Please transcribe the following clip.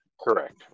correct